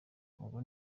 ubwo